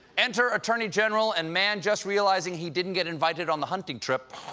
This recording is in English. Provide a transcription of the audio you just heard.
enter attorney general and man just realizing he didn't get invited on the hunting trip,